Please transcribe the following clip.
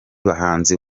bahanzi